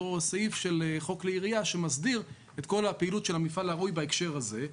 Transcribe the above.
אותו סעיף של חוק ירייה שמסדיר את כל הפעילות של המפעל הראוי בהקשר הזה,